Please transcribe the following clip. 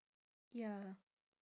ya